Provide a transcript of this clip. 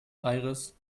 aires